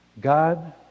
God